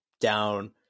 down